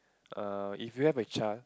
err if you have a child